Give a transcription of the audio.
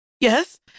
Yes